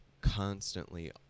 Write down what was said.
constantly